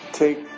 take